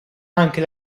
anche